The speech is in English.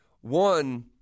One